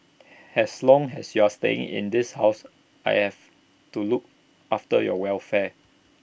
as long as you are staying in this house I have to look after your welfare